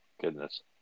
Goodness